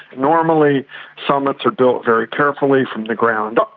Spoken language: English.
normally summits are built very carefully from the ground up,